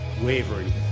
wavering